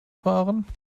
fahren